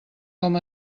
com